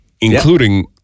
including